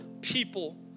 people